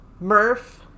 Murph